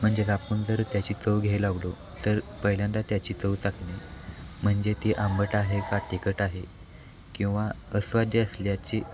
म्हणजे आपण जर त्याची चव घ्याय लावलो तर पहिल्यांदा त्याची चव चाखणे म्हणजे ती आंबट आहे का तिखट आहे किंवा अस्वाद असल्याची